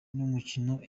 n’umukino